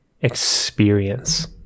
experience